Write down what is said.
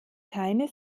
keine